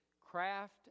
craft